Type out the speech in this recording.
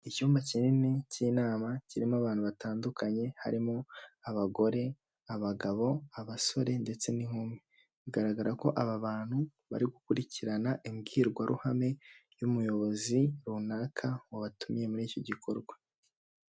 Icyumba kinini cy'inama kirimo abantu batandukanye; harimo: abagore, abagabo, abasore ndetse n'inkumi. Bigaragara ko aba bantu bari gukurikirana imbwirwaruhame y'umuyobozi runaka wabatumiye muri icyo gikorwa.